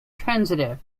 transitive